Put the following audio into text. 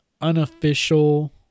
unofficial